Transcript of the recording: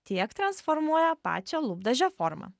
tiek transformuoja pačią lūpdažio formą